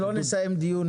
אם לא נסיים את הדיון,